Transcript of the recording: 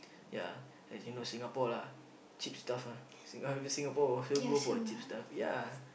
ya as you know Singapore lah cheap stuff lah sing~ I mean Singapore might as well go for the cheap stuff ya